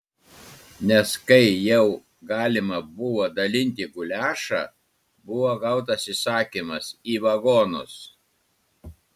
nes kai jau galima buvo dalinti guliašą buvo gautas įsakymas į vagonus